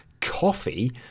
coffee